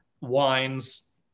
wines